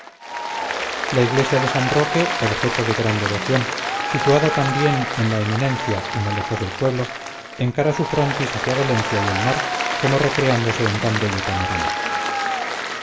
la iglesia de san roque objeto de gran devoción situada también en la eminencia y no lejos del pueblo encara su frontis hacia valencia y el mar como recreándose en tan bello panorama